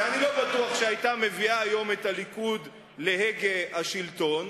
שאני לא בטוח שהיתה מביאה היום את הליכוד להגה השלטון,